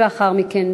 ולאחר מכן,